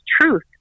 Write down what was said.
truth